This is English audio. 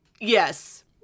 Yes